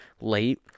late